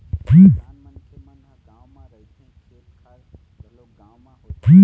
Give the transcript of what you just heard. किसान मनखे मन ह गाँव म रहिथे, खेत खार घलोक गाँव म होथे